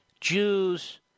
Jews